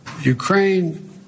Ukraine